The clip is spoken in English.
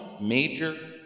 major